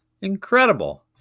incredible